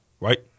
right